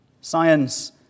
Science